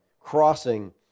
crossing